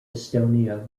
estonia